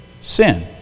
Sin